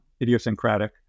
idiosyncratic